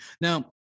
Now